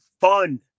fun